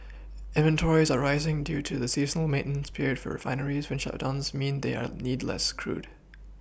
inventories are rising due to the seasonal maintenance period for refineries when shutdowns mean they are need less crude